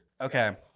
Okay